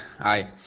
Hi